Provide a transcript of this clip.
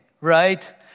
right